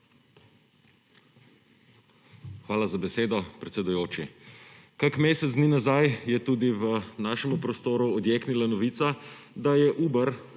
Hvala za besedo, predsedujoči. Kak mesec dni nazaj je tudi v našem prostoru odjeknila novica, da je Uber